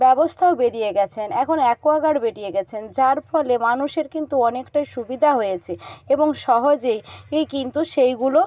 ব্যবস্থাও বেরিয়ে গেছেন এখন অ্যাকোয়াগার্ড বেরিয়ে গেছেন যার ফলে মানুষের কিন্তু অনেকটাই সুবিধা হয়েছে এবং সহজেই কিন্তু সেইগুলো